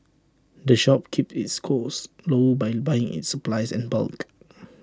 the shop keeps its costs low by buying its supplies in bulk